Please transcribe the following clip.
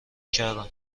کردم